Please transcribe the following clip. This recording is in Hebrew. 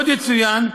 עוד יצוין,